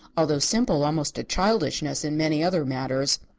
although simple almost to childishness in many other matters.